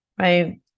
right